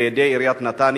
7 סעיד נפאע (בל"ד):